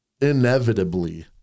inevitably